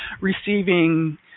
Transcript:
receiving